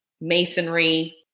masonry